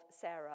Sarah